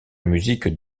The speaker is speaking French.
musique